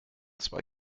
zwei